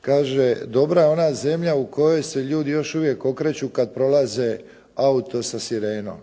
kaže dobra je ona zemlja u kojoj se ljudi još uvijek okreću kada prolaze auto sa sirenom.